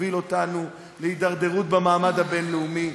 מוביל אותנו להידרדרות במעמד הבין-לאומי,